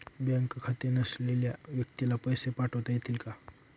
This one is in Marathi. बँक खाते नसलेल्या व्यक्तीला पैसे पाठवता येतील का?